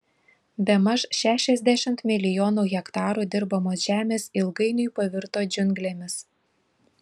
bemaž šešiasdešimt milijonų hektarų dirbamos žemės ilgainiui pavirto džiunglėmis